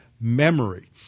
memory